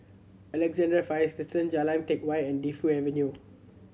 Alexandra Fire Station Jalan Teck Whye and Defu Avenue